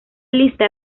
lista